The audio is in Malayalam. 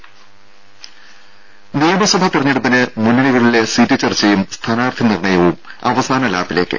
രെടി നിയമസഭാ തെരഞ്ഞെടുപ്പിന് മുന്നണികളിലെ സീറ്റ് ചർച്ചയും സ്ഥാനാർത്ഥി നിർണയവും അവസാന ലാപ്പിലേക്ക്